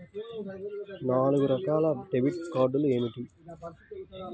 నాలుగు రకాల డెబిట్ కార్డులు ఏమిటి?